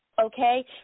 Okay